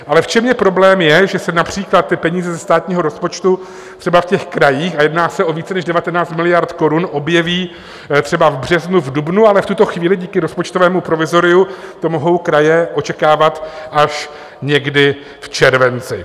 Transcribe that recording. Ale v čem je problém, je, že se například peníze ze státního rozpočtu třeba v krajích, a jedná se o více než 19 miliard korun, objeví třeba v březnu, v dubnu, ale v tuto chvíli díky rozpočtovému provizoriu to mohou kraje očekávat až někdy v červenci.